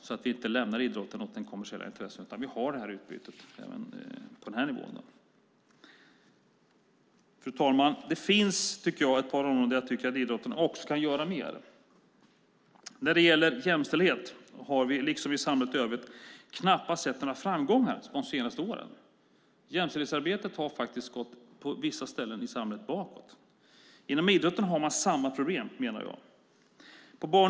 Vi ska inte lämna idrotten åt de kommersiella intressena utan ha det här utbytet även på den här nivån. Fru talman! Det finns ett par områden där idrotten kan göra mer. Vi har, liksom i samhället i övrigt, knappast sett några framgångar under de senaste åren när det gäller jämställdhet. Jämställdhetsarbetet har faktiskt gått bakåt på vissa områden i samhället. Jag menar att man har samma problem inom idrotten.